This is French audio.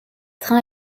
train